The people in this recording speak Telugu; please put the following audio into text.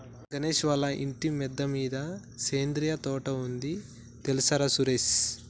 గణేష్ వాళ్ళ ఇంటి మిద్దె మీద సేంద్రియ తోట ఉంది తెల్సార సురేష్